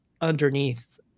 underneath